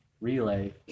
relay